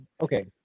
okay